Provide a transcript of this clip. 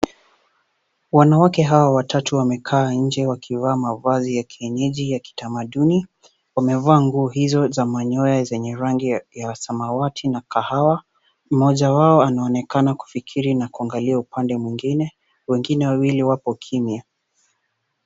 Wanawake hawa watatu wamekaa nje wakivaa mavazi ya kienyeji ya kitamaduni, wamevaa nguo hizo za manyoya zenye rangi ya samawati na kahawa. Mmoja wao anaonekana kufikiri na kuangalia upande mwengine, wengine wawili wapo kimya.